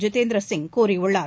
ஜிதேந்திர சிங் கூறியுள்ளார்